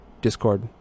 discord